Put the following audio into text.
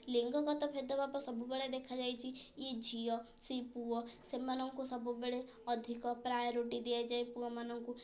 ଲିଙ୍ଗଗତ ଭେଦଭାବ ସବୁବେଳେ ଦେଖାଯାଇଛି ଏ ଝିଅ ସେ ପୁଅ ସମାନଙ୍କୁ ସବୁବେଳେ ଅଧିକ ପ୍ରାଏରିଟି ଦିଆଯାଏ ପୁଅମାନଙ୍କୁ